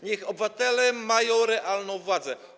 Niech obywatele mają realną władzę.